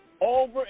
over